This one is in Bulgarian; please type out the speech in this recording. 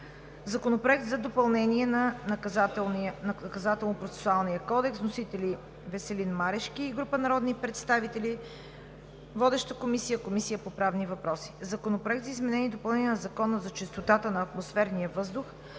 Законопроект за допълнение на Наказателно-процесуалния кодекс. Вносители – Веселин Марешки и група народни представители. Водеща е Комисията по правни въпроси. Законопроект за изменение и допълнение на Закона за чистотата на атмосферния въздух.